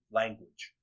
language